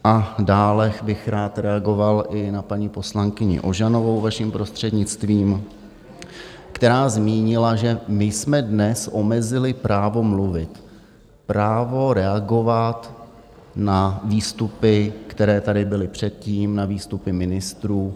A dále bych rád reagoval i na paní poslankyni Ožanovou, vaším prostřednictvím, která zmínila, že my jsme dnes omezili právo mluvit, právo reagovat na výstupy, které tady byly předtím, na výstupy ministrů.